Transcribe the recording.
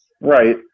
Right